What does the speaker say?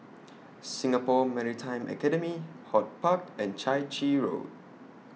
Singapore Maritime Academy HortPark and Chai Chee Road